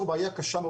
אני מקווה שלא,